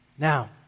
Now